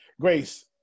Grace